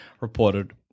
reported